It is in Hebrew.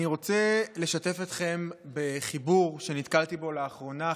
אני רוצה לשתף אתכם בחיבור שנתקלתי בו לאחרונה,